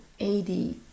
AD